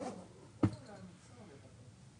הפעלת מרכזי הקליטה.